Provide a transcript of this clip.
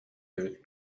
эбит